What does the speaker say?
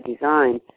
design